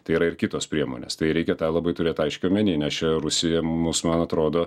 tai yra ir kitos priemonės tai reikia tą labai turėt aiškiai omeny nes čia rusija mus man atrodo